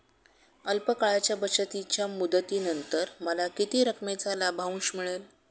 अल्प काळाच्या बचतीच्या मुदतीनंतर मला किती रकमेचा लाभांश मिळेल?